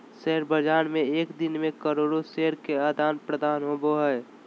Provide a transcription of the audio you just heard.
share बाज़ार में एक दिन मे करोड़ो शेयर के आदान प्रदान होबो हइ